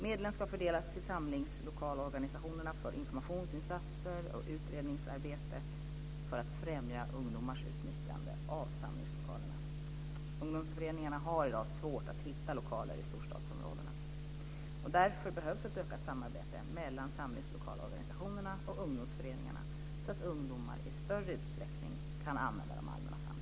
Medlen ska fördelas till samlingslokalorganisationerna för informationsinsatser och utredningsarbete för att främja ungdomars utnyttjande av samlingslokalerna. Ungdomsföreningarna har i dag svårt att hitta lokaler i storstadsområdena. Därför behövs ett ökat samarbete mellan samlingslokalorganisationerna och ungdomsföreningarna, så att ungdomar i större utsträckning kan använda de allmänna samlingslokalerna.